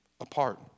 apart